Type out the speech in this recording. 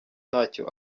ntacyo